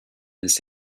this